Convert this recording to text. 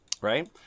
right